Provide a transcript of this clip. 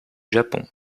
japon